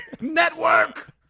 Network